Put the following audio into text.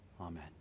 Amen